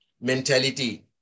mentality